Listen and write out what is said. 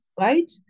right